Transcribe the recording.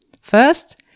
First